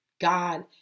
God